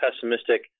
pessimistic